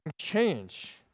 change